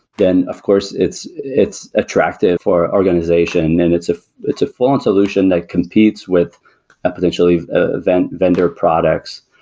then of course, it's it's attractive for organization and it's ah it's a full-on solution that competes with potentially ah event vendor products.